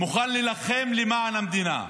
מוכן להילחם למען המדינה,